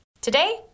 Today